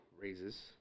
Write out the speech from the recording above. raises